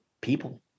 people